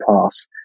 pass